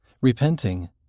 Repenting